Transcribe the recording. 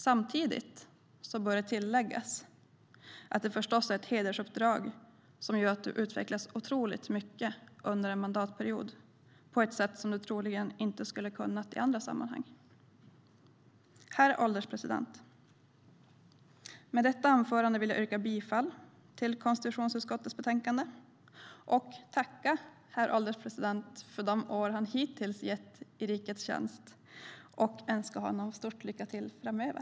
Samtidigt bör det tilläggas att politikeruppdraget är ett hedersuppdrag som gör att du utvecklas otroligt mycket under en mandatperiod på ett sätt som du troligen inte hade gjort i andra sammanhang. Herr ålderspresident! Med detta anförande vill jag yrka bifall till förslaget i konstitutionsutskottets betänkande. Jag vill tacka herr ålderspresidenten för de år han hittills gett i rikets tjänst och önska honom stort lycka till framöver!